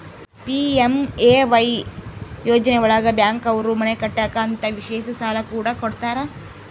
PMAY ಯೋಜನೆ ಒಳಗ bank ಅವ್ರು ಮನೆ ಕಟ್ಟಕ್ ಅಂತ ವಿಶೇಷ ಸಾಲ ಕೂಡ ಕೊಡ್ತಾರ